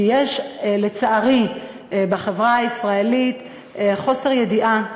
כי יש, לצערי, בחברה הישראלית חוסר ידיעה,